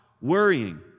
worrying